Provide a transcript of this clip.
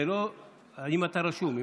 אם אתה רשום.